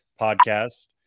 podcast